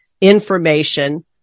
information